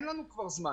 כי אין לנו כבר זמן,